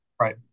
Right